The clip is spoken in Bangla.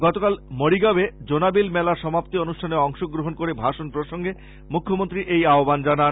গতকাল মরিগাও এ জোনবিল মেলার সমাপ্তি অনুষ্ঠানে অংশগ্রহন করে ভাষন প্রসঙ্গে মৃখ্যমন্ত্রী এই আহ্বান জানান